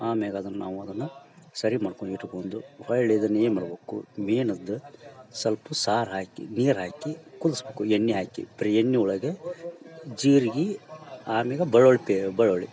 ಆಮೇಗ ಅದ್ನ ನಾವು ಅದನ್ನ ಸರಿ ಮಾಡ್ಕೊ ಇಟ್ಗೊಂದು ಹೊಳ್ಳಿ ಅದನ್ನೇನು ಮಾಡ್ಬಕು ಮೀನದ ಸೊಲ್ಪ ಸಾರು ಹಾಕಿ ನೀರು ಹಾಕಿ ಕುದಿಸ್ಬಕು ಎಣ್ಣೆ ಹಾಕಿ ಬರೀ ಎಣ್ಣಿ ಒಳಗೆ ಜೀರಿಗಿ ಆಮೇಗ ಬೆಳ್ಳುಳ್ಳಿ ಪೇ ಬೆಳ್ಳುಳ್ಳಿ